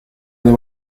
nie